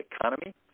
economy